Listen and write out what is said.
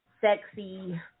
sexy